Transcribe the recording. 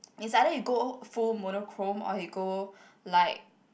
is either you go full monochrome or you go like